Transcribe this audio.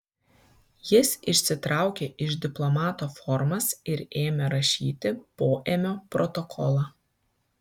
jis išsitraukė iš diplomato formas ir ėmė rašyti poėmio protokolą